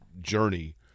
journey